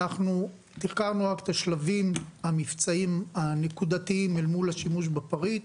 אנחנו תחקרנו רק את השלבים המבצעיים הנקודתיים מול השימוש בפריט.